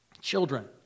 Children